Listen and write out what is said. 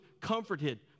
comforted